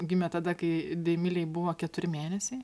gimė tada kai deimilei buvo keturi mėnesiai